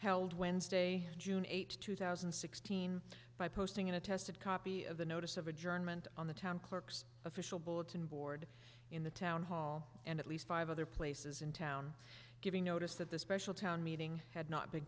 held wednesday june eighth two thousand and sixteen by posting in a tested copy of the notice of adjournment on the town clerk's official bulletin board in the town hall and at least five other places in town giving notice that the special town meeting had not been